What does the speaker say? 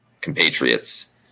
compatriots